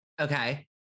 Okay